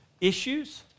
issues